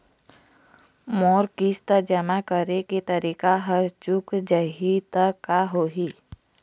मोर किस्त जमा करे के तारीक हर चूक जाही ता का होही?